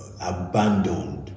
abandoned